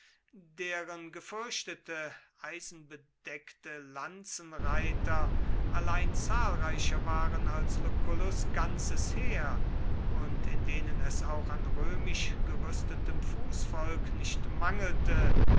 deren gefürchtete eisenbedeckte lanzenreiter allein zahlreicher waren als lucullus ganzes heer und in denen es auch an römisch gerüstetem fußvolk nicht mangelte